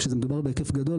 כשזה מדובר בהיקף גדול,